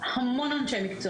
המון אנשי מקצוע